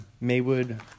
Maywood